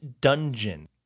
dungeon